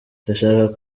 ndashaka